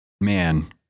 man